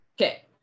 Okay